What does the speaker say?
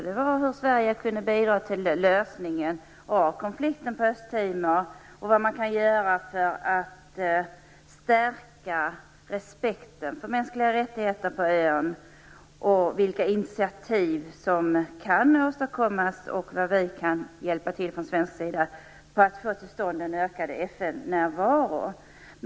Det var frågor om hur Sverige kan bidra till lösningen av konflikten på Östtimor, vad man kan göra för att stärka respekten för mänskliga rättigheter på ön och vilka initiativ som kan åstadkommas och vad vi kan hjälpa till med från svensk sida för att få till stånd en ökad FN-närvaro.